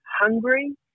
hungry